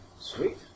Sweet